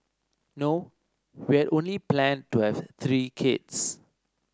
no we had only planned to have three kids